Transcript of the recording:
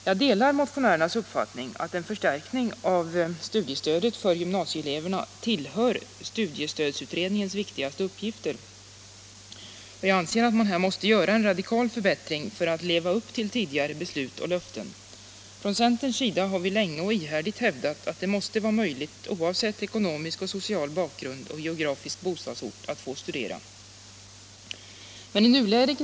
Jag delar motionärernas uppfattning att en förstärkning av studiestödet för gymnasieeleverna tillhör studiestödsutredningens viktigaste uppgifter, och jag anser liksom de att man här måste göra en radikal förbättring för att kunna leva upp till tidigare beslut och löften. Från centerns sida har vi länge och ihärdigt hävdat att det, oavsett ekonomisk och social bakgrund och geografisk bostadsort, måste vara möjligt att få studera.